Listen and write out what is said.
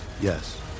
Yes